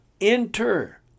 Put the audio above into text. enter